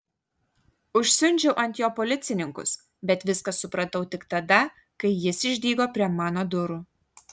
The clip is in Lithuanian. užsiundžiau ant jo policininkus bet viską supratau tik tada kai jis išdygo prie mano durų